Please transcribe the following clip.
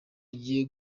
agiye